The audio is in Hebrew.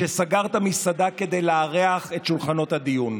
שסגר את המסעדה כדי לארח את שולחנות הדיון.